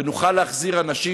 ונוכל להחזיר אנשים,